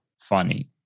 funny